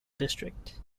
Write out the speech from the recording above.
district